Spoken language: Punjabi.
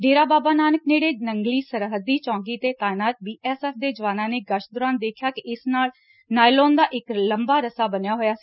ਡੇਰਾ ਬਾਬਾ ਨਾਨਕ ਨੇੜੇ ਨੰਗਲੀ ਸਰਹੱਦੀ ਚੌਕੀ ਤੇ ਡਾਇਨਾਤ ਬੀ ਐਸ ਐਫ ਦੇ ਜਵਾਨਾਂ ਨੇ ਗਸ਼ਤ ਦੌਰਾਨ ਦੇਖਿਆ ਕਿ ਇਸ ਨਾਲ ਨਾਈਲੋਨ ਦਾ ਇੱਕ ਲੰਬਾ ਰੱਸਾ ਬੰਨਿਆ ਹੋਇਆ ਸੀ